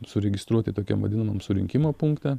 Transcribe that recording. suregistruoti tokiam vadinamam surinkimo punkte